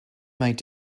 might